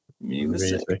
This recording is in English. Music